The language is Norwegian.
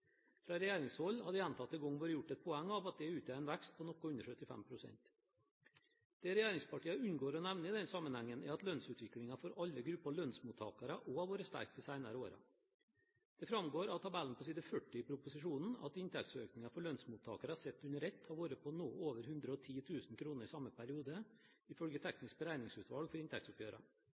Fra regjeringshold har det gjentatte ganger vært gjort et poeng av at det utgjør en vekst på noe under 75 pst. Det regjeringspartiene unngår å nevne i den sammenhengen, er at lønnsutviklingen for alle grupper lønnsmottakere også har vært sterk de senere årene. Det framgår av tabellen på side 40 i proposisjonen at inntektsøkningen for lønnsmottakere sett under ett har vært på noe over 110 000 kr i samme periode, ifølge Det tekniske beregningsutvalget for